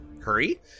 hurry